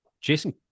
Jason